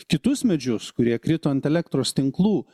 kitus medžius kurie krito ant elektros tinklų